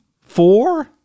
Four